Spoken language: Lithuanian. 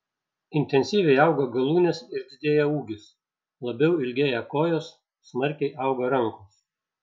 intensyviai auga galūnės ir didėja ūgis labiau ilgėja kojos smarkiai auga rankos